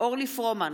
אורלי פרומן,